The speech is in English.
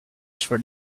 for